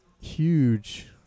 Huge